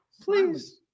please